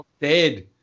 dead